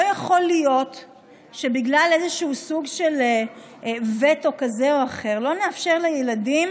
לא יכול להיות שבגלל איזה סוג של וטו כזה או אחר לא נאפשר לילדים